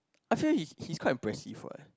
I feel his his quite impressive what